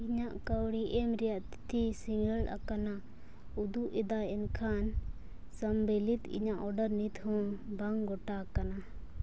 ᱤᱧᱟᱹᱜ ᱠᱟᱹᱣᱰᱤ ᱮᱢ ᱨᱮᱭᱟᱜ ᱛᱤᱛᱷᱤ ᱥᱤᱸᱜᱟᱹᱲ ᱟᱠᱟᱱᱟ ᱩᱫᱩᱜ ᱮᱫᱟᱭ ᱮᱱᱠᱷᱟᱱ ᱥᱚᱢᱵᱤᱞᱤᱛ ᱤᱧᱟᱹᱜ ᱚᱰᱟᱨ ᱱᱤᱛᱦᱚᱸ ᱵᱟᱝ ᱜᱚᱴᱟ ᱟᱠᱟᱱᱟ